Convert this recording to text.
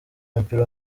w’umupira